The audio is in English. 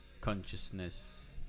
consciousness